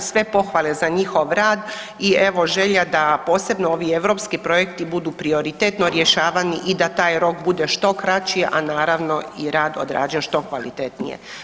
Sve pohvale za njihov rad i evo želja da posebno ovi europski projekti budu prioritetno rješavani i da taj rok bude što kraći, a naravno i rad odrađen što kvalitetnije.